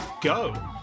go